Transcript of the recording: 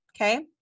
Okay